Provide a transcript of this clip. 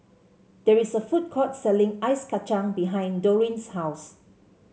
there is a food court selling Ice Kachang behind Doreen's house